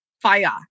fire